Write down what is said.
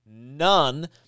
None